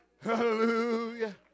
Hallelujah